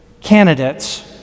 candidates